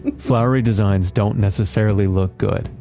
flowery designs don't necessarily look good.